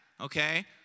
okay